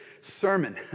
sermon